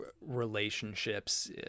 relationships